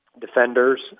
defenders